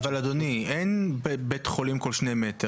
אבל, אדוני, אין בית חולים כל שני מטר.